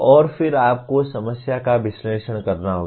और फिर आपको समस्या का विश्लेषण करना होगा